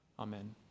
Amen